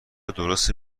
درسته